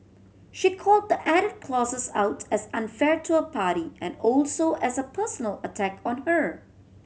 she called the added clauses out as unfair to her party and also as a personal attack on her